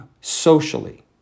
socially